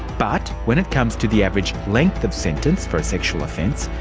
but when it comes to the average length of sentence for a sexual offence,